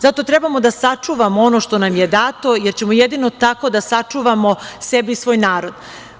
Zato trebamo da sačuvamo ono što nam je dato, jer ćemo jedino tako da sačuvamo sebe i svoj narod.